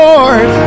Lord